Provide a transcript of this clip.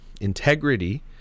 integrity